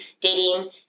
dating